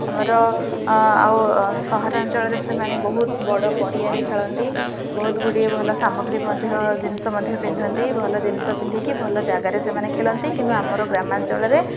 ଆମର ଆଉ ସହରାଞ୍ଚଳରେ ସେମାନେ ବହୁତ ବଡ଼ ପଡ଼ିଆରେ ଖେଳନ୍ତି ବହୁତ ଗୁଡ଼ିଏ ଭଲ ସାମଗ୍ରୀ ମଧ୍ୟ ଜିନିଷ ମଧ୍ୟ ପିନ୍ଧନ୍ତି ଭଲ ଜିନିଷ ପିନ୍ଧିକି ଭଲ ଜାଗାରେ ସେମାନେ ଖେଳନ୍ତି କିନ୍ତୁ ଆମର ଗ୍ରାମାଞ୍ଚଳରେ